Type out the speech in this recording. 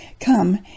come